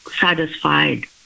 satisfied